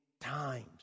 times